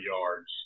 yards